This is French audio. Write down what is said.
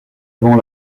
avant